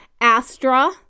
Astra